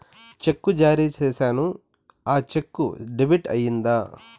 చెక్కు జారీ సేసాను, ఆ చెక్కు డెబిట్ అయిందా